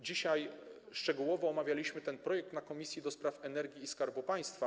Dzisiaj szczegółowo omawialiśmy ten projekt na posiedzeniu Komisji do Spraw Energii i Skarbu Państwa.